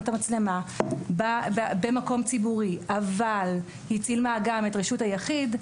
את המצלמה במקום ציבורי אבל היא צילמה גם את רשות היחיד,